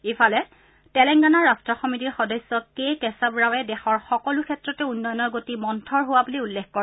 ইফালে টেলেংগানা ৰাট্ট সমিতিৰ সদস্য কে কেশৱ ৰাৱে দেশৰ সকলো ক্ষেত্ৰতে উন্নয়নৰ গতি মন্থৰ হোৱা বুলি উল্লেখ কৰে